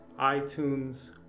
iTunes